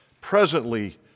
presently